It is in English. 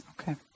okay